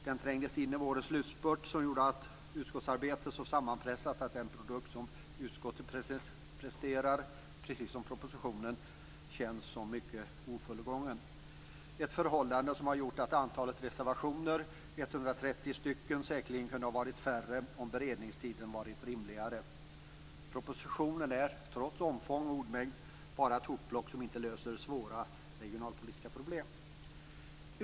Den trängdes in i vårens slutspurt, vilket gjorde utskottsarbetet så pressat att den produkt som utskottet presterar, precis som propositionen, känns mycket ofullgången. Antalet reservationer, 130 stycken, hade säkerligen kunnat vara färre om beredningstiden varit rimligare. Propositionen är, trots omfång och ordmängd, bara ett hopplock som inte löser svåra regionalpolitiska problem.